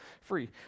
free